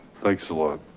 thanks a lot.